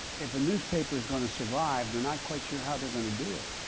if a newspaper is going to survive they're not quite sure how they're going to do it.